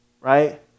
right